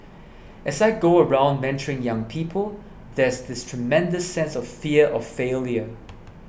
as I go around mentoring young people there's this tremendous sense of fear of failure